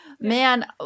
man